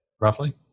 Roughly